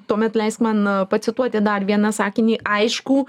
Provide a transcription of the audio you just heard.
tuomet leisk man pacituoti dar vieną sakinį aiškų